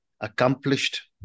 accomplished